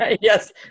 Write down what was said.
yes